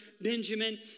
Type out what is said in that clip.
Benjamin